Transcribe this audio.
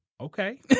okay